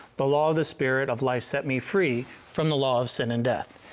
the law of the spirit of life set me free from the law of sin and death.